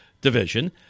division